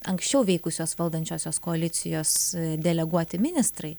anksčiau veikusios valdančiosios koalicijos deleguoti ministrai